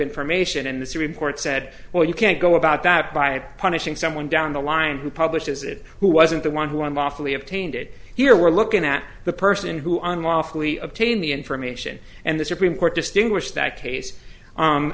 information and the supreme court said well you can't go about that by punishing someone down the line who publishes it who wasn't the one who on lawfully obtained it here we're looking at the person who unlawfully obtained the information and the supreme court distinguish that case